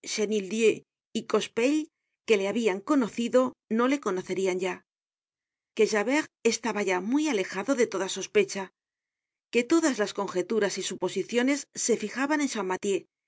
y cochepaille que le habian conocido no le conocerian ya que javert estaba ya muy alejado de toda sospecha que todas las conjeturas y suposiciones se fijaban en